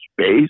space